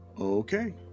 Okay